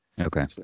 Okay